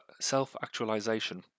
self-actualization